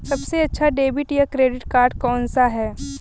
सबसे अच्छा डेबिट या क्रेडिट कार्ड कौन सा है?